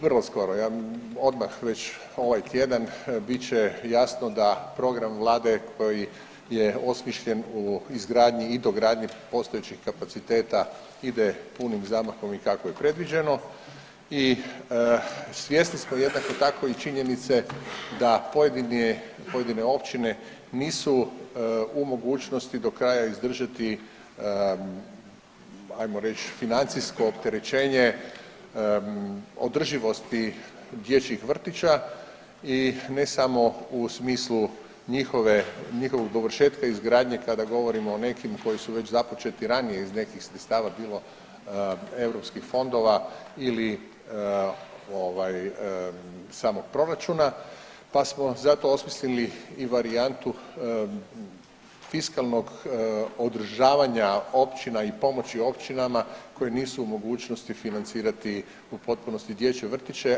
Vrlo skoro, odmah već ovaj tjedan bit će jasno da program vlade koji je osmišljen u izgradnji i dogradnji postojećih kapaciteta ide punim zamahom i kako je predviđeno i svjesni smo jednako tako i činjenice da pojedine općine nisu u mogućnosti do kraja izdržati ajmo reć financijsko opterećenje održivosti dječjih vrtića i ne samo u smislu njihovog dovršetka izgradnje kada govorimo o nekim koji su već započeti ranije iz nekih sredstava, bilo iz eu fondova ili samog proračuna pa smo zato osmislili i varijantu fiskalnog održavanja općina i pomoći općinama koji nisu u mogućnosti financirati u potpunosti dječje vrtiće.